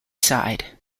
side